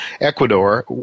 Ecuador